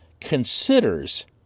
considers